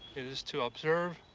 it is to observe,